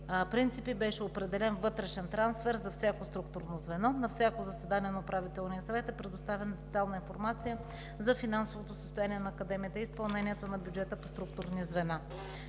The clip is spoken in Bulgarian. принципи беше определен вътрешен трансфер за всяко структурно звено. На всяко заседание на Управителния съвет е предоставена детайлна информация за финансовото състояние на Академията и изпълнението на бюджета по структурни звена.